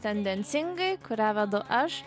tendencingai kurią vedu aš